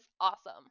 awesome